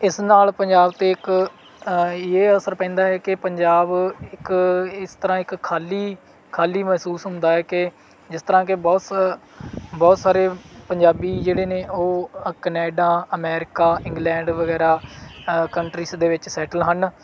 ਇਸ ਨਾਲ ਪੰਜਾਬ 'ਤੇ ਇੱਕ ਇਹ ਅਸਰ ਪੈਂਦਾ ਹੈ ਕਿ ਪੰਜਾਬ ਇੱਕ ਇਸ ਤਰ੍ਹਾਂ ਇੱਕ ਖਾਲੀ ਖਾਲੀ ਮਹਿਸੂਸ ਹੁੰਦਾ ਹੈ ਕਿ ਜਿਸ ਤਰ੍ਹਾਂ ਕਿ ਬਹੁਤ ਸ ਬਹੁਤ ਸਾਰੇ ਪੰਜਾਬੀ ਜਿਹੜੇ ਨੇ ਉਹ ਅ ਕਨੇਡਾ ਅਮੈਰੀਕਾ ਇੰਗਲੈਂਡ ਵਗੈਰਾ ਕੰਟਰੀਜ ਦੇ ਵਿੱਚ ਸੈਟਲ ਹਨ